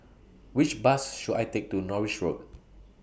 Which Bus should I Take to Norris Road